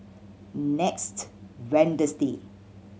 next Wednesday